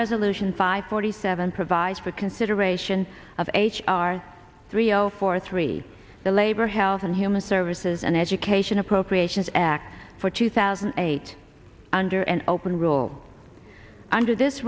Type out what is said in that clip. resolution five forty seven provides for consideration of h r three zero four three the labor health and human services and education appropriations act for two thousand eight hundred and open rule under this